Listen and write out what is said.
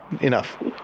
Enough